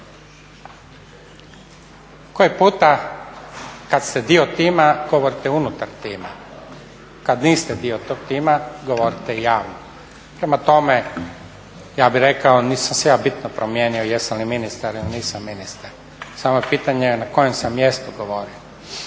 Koji puta kada ste dio tima govorite unutar tima, kada niste dio tog tima govorite javno. Prema tome, ja bih rekao nisam se ja bitno promijenio, jesam li ministar ili nisam ministar, samo je pitanje na kojem sam mjestu govorio.